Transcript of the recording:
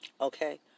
Okay